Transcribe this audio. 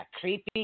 creepy